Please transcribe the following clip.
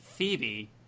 Phoebe